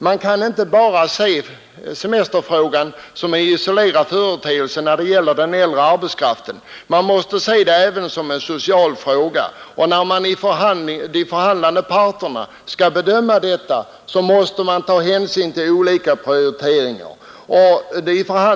Man kan inte se semesterfrågan som en isolerad företeelse när det gäller den äldre arbetskraften. Man måste se den även som en social fråga, och när de förhandlande parterna skall bedöma detta måste de göra en prioritering.